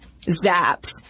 ZAPs